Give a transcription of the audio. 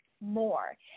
more